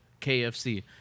KFC